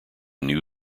new